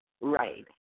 Right